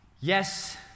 Yes